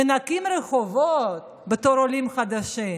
מנקים רחובות בתור עולים חדשים